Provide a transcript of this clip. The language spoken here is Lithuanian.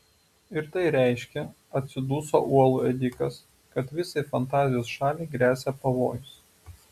ir tai reiškia atsiduso uolų ėdikas kad visai fantazijos šaliai gresia pavojus